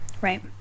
Right